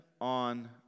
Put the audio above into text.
on